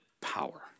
power